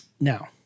Now